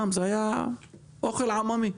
פעם זה היה אוכל עממי,